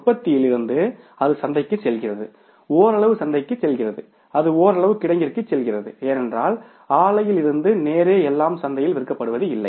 உற்பத்தியில் இருந்து அது சந்தைக்குச் செல்கிறது ஓரளவு சந்தைக்குச் செல்கிறது அது ஓரளவு கிடங்கிற்குச் செல்கிறது ஏனென்றால் ஆலையில் இருந்து நேரே எல்லாம் சந்தையில் விற்கப்படுவதில்லை